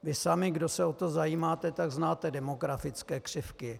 Vy sami, kdo se o to zajímáte, znáte demografické křivky.